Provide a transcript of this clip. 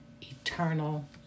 eternal